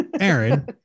Aaron